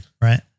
Right